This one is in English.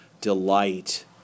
delight